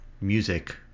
music